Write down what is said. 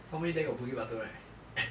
somewhere there got bukit batok right